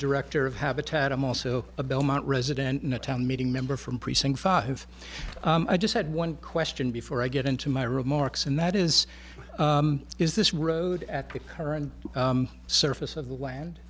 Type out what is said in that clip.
director of habitat i'm also a belmont resident in a town meeting member from precinct five i just had one question before i get into my remarks and that is is this road at the current surface of the land